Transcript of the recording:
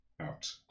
out